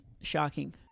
shocking